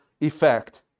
effect